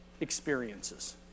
experiences